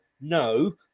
No